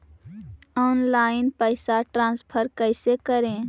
Online पैसा transfer कैसे करे?